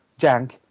jank